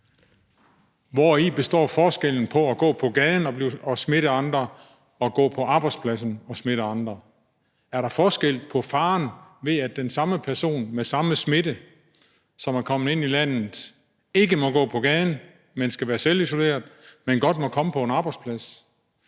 Hvori består forskellen på at gå på gaden og smitte andre og gå på arbejdspladsen og smitte andre? Er der forskel på faren ved, at den samme person med samme smitte, som er kommet ind i landet, ikke må gå på gaden, men skal være selvisoleret, men godt må komme på en arbejdsplads?